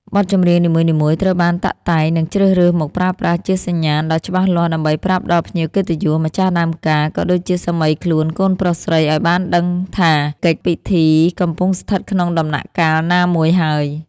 បទចម្រៀងនីមួយៗត្រូវបានតាក់តែង និងជ្រើសរើសមកប្រើប្រាស់ជាសញ្ញាណដ៏ច្បាស់លាស់ ដើម្បីប្រាប់ដល់ភ្ញៀវកិត្តិយស ម្ចាស់ដើមការ ក៏ដូចជាសាមីខ្លួនកូនប្រុសស្រីឱ្យបានដឹងថា កិច្ចពិធីកំពុងស្ថិតក្នុងដំណាក់កាលណាមួយហើយ។